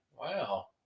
Wow